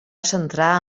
centrar